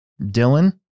Dylan